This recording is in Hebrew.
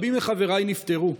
ורבים מחבריי נפטרו.